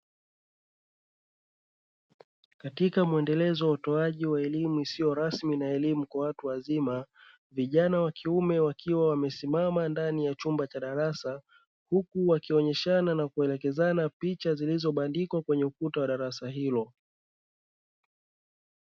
Katika muendelezo wa utoaji wa elimu isiyo rasmi na elimu kwa watu wazima: vijana wa kiume wakiwa wamesimama ndani ya chumba cha darasa, huku wakionyeshana na kuelekezana picha zilizobandikwa kwenye ukuta wa darasa hilo.